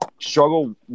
struggle